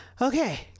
okay